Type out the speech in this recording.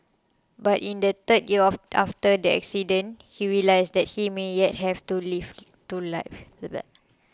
but in the third year after the accident he realised that he may yet have to life to live